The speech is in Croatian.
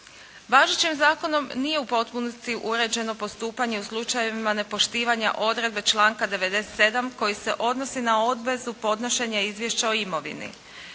Važećim zakonom nije u potpunosti uređeno postupanje u slučajevima nepoštivanja odredbe članka 97. koji se odnosi na obvezu podnošenja izvješća o imovini.